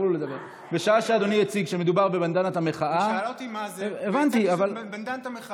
היא שאלה אותי מה זה והצגתי שזאת בנדנת המחאה.